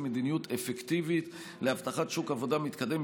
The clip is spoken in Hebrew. מדיניות אפקטיבית להבטחת שוק עבודה מתקדם,